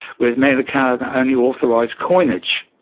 whereas magna carta only authorised coinage.